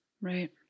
Right